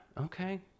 Okay